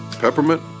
peppermint